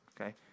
okay